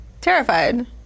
terrified